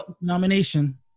nomination